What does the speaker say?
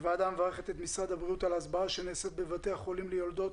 הוועדה מברכת את משרד הבריאות על ההסברה שנעשית בבתי החולים ליולדות